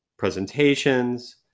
presentations